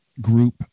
group